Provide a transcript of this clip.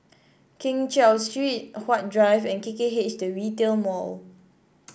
Keng Cheow Street Huat Drive and K K H The Retail Mall